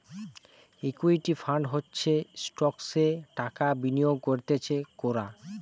equity fund হচ্ছে স্টকসে টাকা বিনিয়োগ করতিছে কোরা